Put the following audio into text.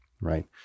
right